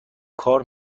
کار